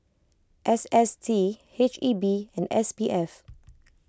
S S T H E B and S P F